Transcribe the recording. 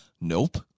Nope